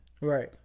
right